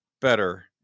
better